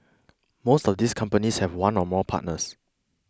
most of these companies have one or more partners